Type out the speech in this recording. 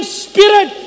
spirit